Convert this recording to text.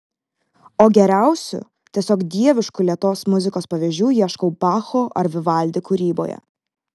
o geriausių tiesiog dieviškų lėtos muzikos pavyzdžių ieškau bacho ar vivaldi kūryboje